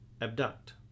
Abduct